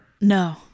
no